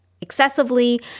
excessively